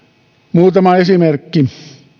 muutama esimerkki